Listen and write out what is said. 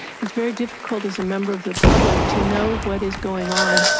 it's very difficult as a member of the public to know what is going on,